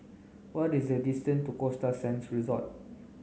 what is the distance to Costa Sands Resort